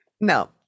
no